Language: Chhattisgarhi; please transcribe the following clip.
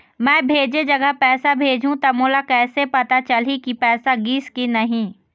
मैं भेजे जगह पैसा भेजहूं त मोला कैसे पता चलही की पैसा गिस कि नहीं?